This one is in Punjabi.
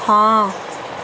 ਹਾਂ